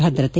ಭದ್ರತೆ